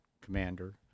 commander